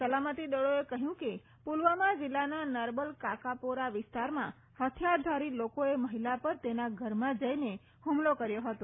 સલામતી દળીએ કહ્યું કે પુલવામા જિલ્લાના નરબલ કાકાપોરા વિસ્તારમાં હૃથિયારધારી લોકોએ મફિલા પર તેના ઘરમાં જઈને ફમલો કર્યો ફતો